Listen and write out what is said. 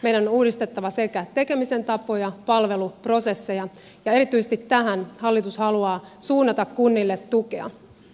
meidän on uudistettava sekä tekemisen tapoja että palveluprosesseja ja erityisesti tähän hallitus haluaa suunnata kunnille tukea